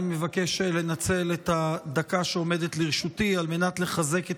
אני מבקש לנצל את הדקה שעומדת לרשותי על מנת לחזק את